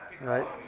right